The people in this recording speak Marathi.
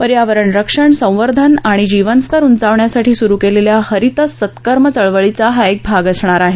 पर्यावरण रंक्षण संवर्धन आणि जीवनस्तर उंचावण्यासाठी सुरु केलेल्या हरित संत्कर्म चळवळीचा हा एक भाग असणार आहे